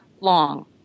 long